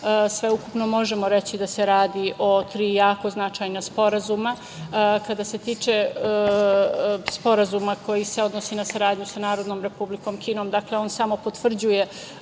sveukupno možemo reći da se radi o tri jako značajna sporazuma. Što se tiče sporazuma koji se odnosi na saradnju sa Narodnom Republikom Kinom, dakle, on samo potvrđuje